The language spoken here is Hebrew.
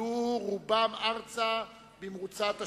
עלו רובם ארצה במרוצת השנים,